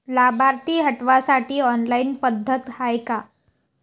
लाभार्थी हटवासाठी ऑनलाईन पद्धत हाय का?